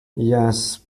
yes